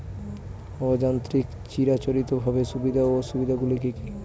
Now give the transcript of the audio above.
অযান্ত্রিক চিরাচরিতভাবে সুবিধা ও অসুবিধা গুলি কি কি?